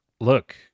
look